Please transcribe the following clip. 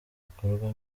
bikorwa